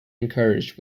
encouraged